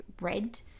red